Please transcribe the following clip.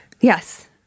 Yes